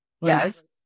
Yes